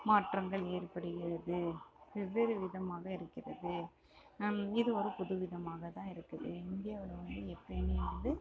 மாற்றங்கள் ஏற்படுகிறது வெவ்வேறு விதமாக இருக்கிறது இது ஒரு புது விதமாக தான் இருக்குது இந்தியாவில் வந்து எப்பவுமே வந்து